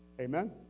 Amen